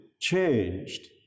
changed